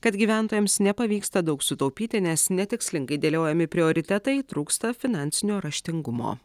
kad gyventojams nepavyksta daug sutaupyti nes netikslingai dėliojami prioritetai trūksta finansinio raštingumo